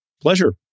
Pleasure